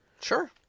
Sure